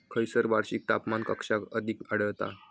खैयसर वार्षिक तापमान कक्षा अधिक आढळता?